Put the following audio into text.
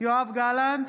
יואב גלנט,